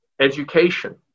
education